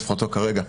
לפחות לא כרגע,